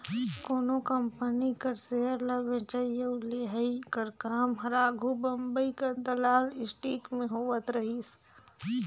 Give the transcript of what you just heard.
कोनो कंपनी कर सेयर ल बेंचई अउ लेहई कर काम हर आघु बंबई कर दलाल स्टीक में होवत रहिस